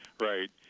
right